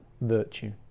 virtue